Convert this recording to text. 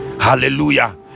hallelujah